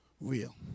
real